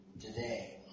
today